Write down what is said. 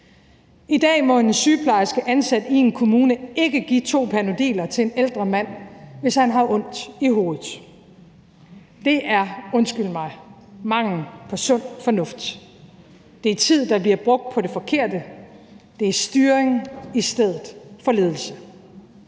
I dag må en sygeplejerske, der ansat i en kommune, ikke give to Panodiler til en ældre mand, hvis han har ondt i hovedet. Det er – undskyld mig – mangel på sund fornuft. Det er tid, der bliver brugt på det forkerte. Det er styring i stedet for ledelse.